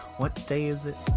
what day is it?